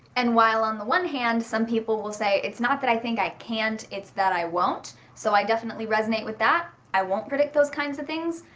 and while on the one hand some people will say it's not that i think i can't its that i won't so i definitely resonate with that. i won't predict those kinds of things,